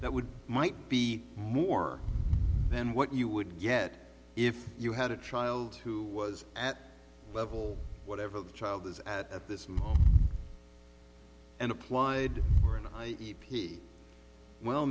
that would might be more than what you would get if you had a child who was at level whatever the child is at at this moment and applied for an i p well